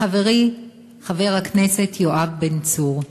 חברי חבר הכנסת יואב בן צור,